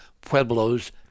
Pueblos